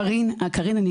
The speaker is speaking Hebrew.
קארין,